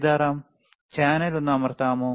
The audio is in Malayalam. സീതാറാം ചാനൽ ഒന്ന് അമർത്താമോ